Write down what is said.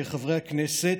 חברי הכנסת,